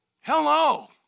Hello